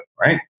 right